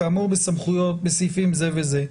כאמור בסמכויות בסעיפים זה וזה,